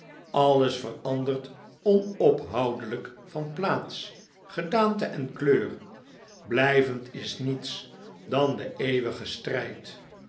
alles verandert onophoudelijk van plaats gedaante en kleur blijvend is niets dan de eeuwige strijd